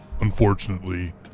unfortunately